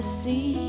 see